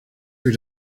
your